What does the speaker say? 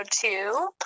two